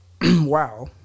Wow